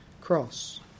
cross